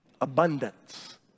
Abundance